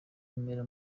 remera